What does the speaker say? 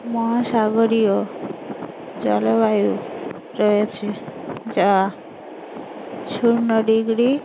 মহাসাগরীয় জলবায়ু রয়েছে যা শূন্য ডিগ্রি